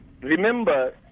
remember